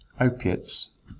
opiates